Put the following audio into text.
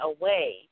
away